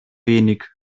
wenig